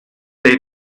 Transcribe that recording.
they